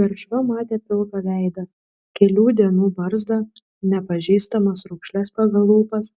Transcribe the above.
garšva matė pilką veidą kelių dienų barzdą nepažįstamas raukšles pagal lūpas